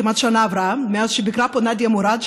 כמעט שנה עברה מאז שביקרה פה נאדיה מוראד.